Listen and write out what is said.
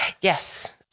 Yes